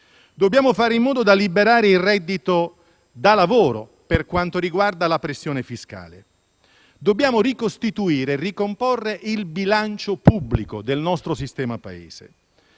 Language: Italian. dobbiamo fare in modo di liberare il reddito da lavoro per quanto riguarda la pressione fiscale; dobbiamo ricostituire e ricomporre il bilancio pubblico del nostro sistema Paese.